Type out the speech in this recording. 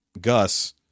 Gus